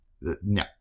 no